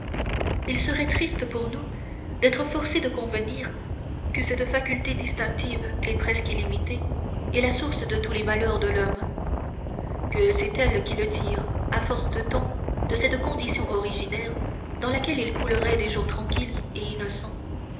il serait triste pour nous d'être forcés de convenir que cette faculté distinctive et presque illimitée est la source de tous les malheurs de l'homme que c'est elle qui le tire à force de temps de cette condition originaire dans laquelle il coulerait des jours tranquilles et innocents